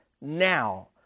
now